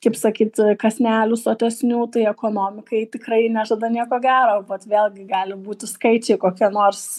kaip sakyt kąsnelių sotesnių tai ekonomikai tikrai nežada nieko gero vat vėlgi gali būti skaičiai kokie nors